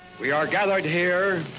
we are gathered here,